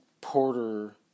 Porter